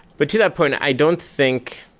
but to that point, i don't think